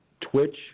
Twitch